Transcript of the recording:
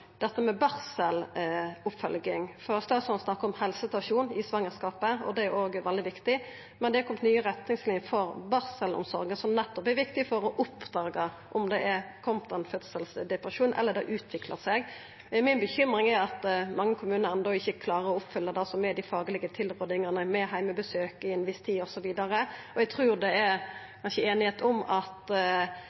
statsråden snakkar om helsestasjonen i svangerskapet, og det er òg veldig viktig. Men det har kome nye retningslinjer for barselomsorga, som er viktige nettopp for å oppdaga om det har utvikla seg ein fødselsdepresjon. Mi bekymring er at mange kommunar enno ikkje klarar å oppfylla det som er dei faglege tilrådingane, med heimebesøk i ei viss tid osv. Og eg trur kanskje det er einigheit om at